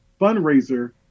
fundraiser